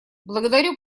благодарю